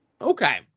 Okay